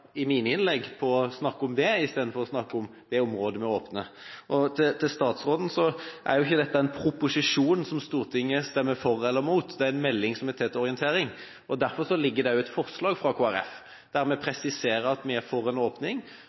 i mine innlegg på å snakke om det, i stedet for å snakke om det området vi åpner. Til statsråden: Dette er ikke en proposisjon som Stortinget stemmer for eller imot, det er en melding som vi tar til orientering. Derfor ligger det også et forslag fra Kristelig Folkeparti her, der vi presiserer at vi er for en åpning